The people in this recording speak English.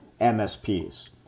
MSPs